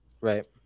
Right